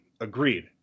Agreed